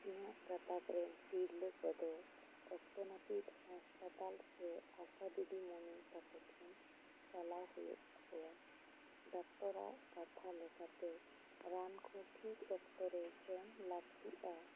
ᱤᱧᱟᱹᱜ ᱜᱟᱛᱟᱠ ᱨᱤᱱ ᱛᱤᱨᱞᱟᱹ ᱠᱚ ᱫᱚ ᱚᱠᱛᱚ ᱱᱟᱹᱯᱤᱛ ᱦᱟᱥᱯᱟᱛᱟᱞ ᱥᱮ ᱟᱥᱟ ᱫᱤᱫᱤᱢᱩᱱᱤ ᱛᱟᱠᱚ ᱴᱷᱮᱱ ᱪᱟᱞᱟᱣ ᱦᱩᱭᱩᱜ ᱛᱟᱠᱚᱣᱟ ᱰᱟᱠᱴᱟᱨᱟᱜ ᱠᱟᱛᱷᱟ ᱞᱮᱠᱟᱛᱮ ᱨᱟᱱ ᱠᱚ ᱴᱷᱤᱠ ᱚᱠᱛᱚ ᱨᱮ ᱡᱚᱢ ᱞᱟᱹᱠᱛᱤᱜ ᱼᱟ